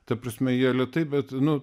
ta prasme jie lėtai bet nu